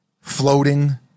floating